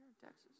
Texas